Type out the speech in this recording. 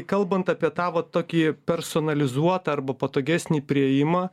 kalbant apie tą vat tokį personalizuotą arba patogesnį priėjimą